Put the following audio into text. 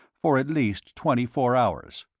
for at least twenty-four hours.